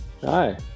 Hi